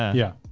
yeah. yeah.